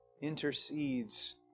intercedes